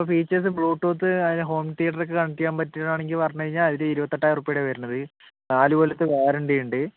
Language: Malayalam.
ഇപ്പോൾ ഫീച്ചേഴ്സ് ബ്ലൂടൂത്ത് ആതിൻ്റെ ഹോം തീയറ്ററൊക്കെ കണക്ട് ചെയ്യാൻ പറ്റണ ആണെങ്കിൽ പറഞ്ഞു കഴിഞ്ഞാൽ അതിൽ ഇരുപത്തെട്ടായിരം ഉറുപ്പികയുടേതാണ് വരണത് നാലു കൊല്ലത്തെ വാറണ്ടി ഉണ്ട്